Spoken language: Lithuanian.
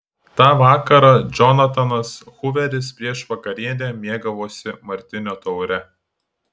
tą vakarą džonatanas huveris prieš vakarienę mėgavosi martinio taure